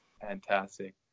Fantastic